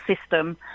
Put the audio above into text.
system